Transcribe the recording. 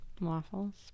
Waffles